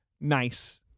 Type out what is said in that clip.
nice